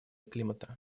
климата